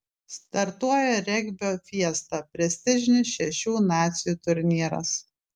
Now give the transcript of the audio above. startuoja regbio fiesta prestižinis šešių nacijų turnyras